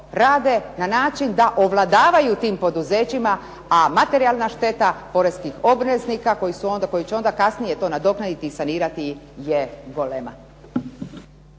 rade na način da ovladavaju tim poduzećima a materijalna šteta poreskih obveznika koji će to kasnije nadoknaditi i sanirati je golema.